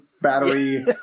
battery